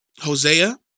Hosea